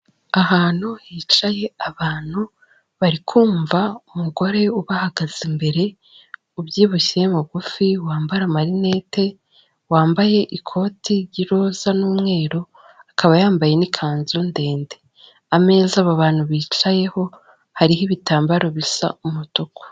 Ahantu hicaye abantu bari kumva umugore ubahagaze imbere ubyibushye mugufi wambara amarinete, wambaye ikoti ry'iroza n'umweru, akaba yambaye n'ikanzu ndende. Ameza aba bantu bicayeho hariho ibitambaro bisa umutuku.